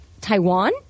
taiwan